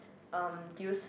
um use